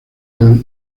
del